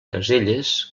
caselles